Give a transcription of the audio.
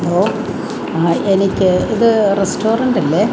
hello എനിക്ക് ഇത് റസ്റ്റോറൻറ്റല്ലേ